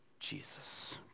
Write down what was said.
Jesus